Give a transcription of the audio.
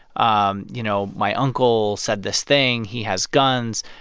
um you know, my uncle said this thing. he has guns.